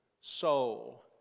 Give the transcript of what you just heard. soul